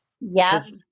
Yes